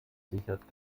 sichert